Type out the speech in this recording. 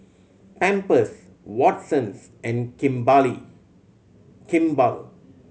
Pampers Watsons and Kimball